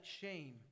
shame